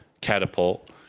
catapult